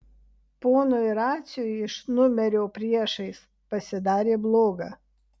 ponui raciui iš numerio priešais pasidarė bloga